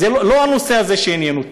זה לא הנושא שעניין אותי.